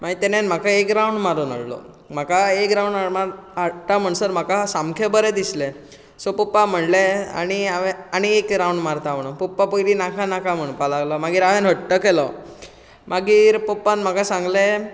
मागीर तेणेन म्हाका एक रावंड मारून हाडलो म्हाका एक रावंड मारून हाडटा म्हणसर म्हाका सामकें बरें दिसलें सो पप्पा म्हणलें आनी हांवें आनी एक रावंड मारता म्हणून पप्पा पयलीं नाका नाका म्हणपाक लागलो मागीर हांवें हट्ट केलो मागीर पप्पान म्हाका सांगलें